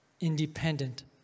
independent